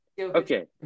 okay